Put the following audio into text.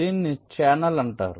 దీన్ని ఛానెల్ అంటారు